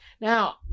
Now